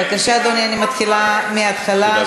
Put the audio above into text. בבקשה, אדוני, אני מתחילה מההתחלה.